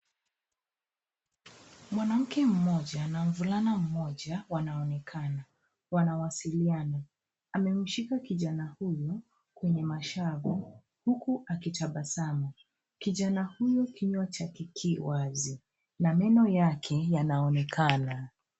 Mwanamke mmoja na mvulana mmoja wanaonekana wanawasiliana. Amemshika kijana huyo kwenye mashavu huku akitabasamu. Kijana huyo kinywa chake ki wazi na meno yake yanaonekana.